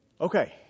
Okay